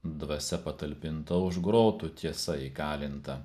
dvasia patalpinta už grotų tiesa įkalinta